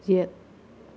ꯌꯦꯠ